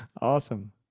Awesome